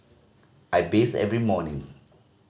I bathe every morning